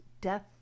death